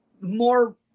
More